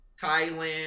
thailand